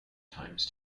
times